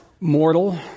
mortal